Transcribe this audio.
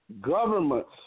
governments